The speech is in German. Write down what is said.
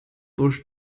durch